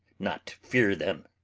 not fear them.